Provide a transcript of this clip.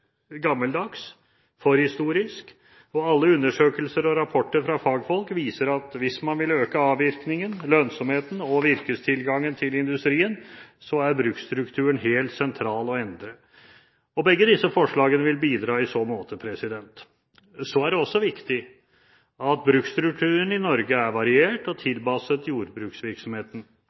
gammeldags – forhistorisk – og alle undersøkelser og rapporter fra fagfolk viser at hvis man vil øke avvirkningen, lønnsomheten og virkestilgangen til industrien, er bruksstrukturen helt sentral å endre. Begge disse forslagene vil bidra i så måte. Det er også viktig at bruksstrukturen i Norge er variert og tilpasset jordbruksvirksomheten.